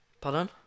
Pardon